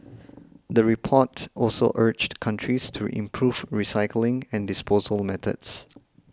the report also urged countries to improve recycling and disposal methods